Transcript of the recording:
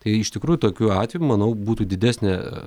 tai iš tikrųjų tokiu atveju manau būtų didesnė